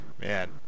Man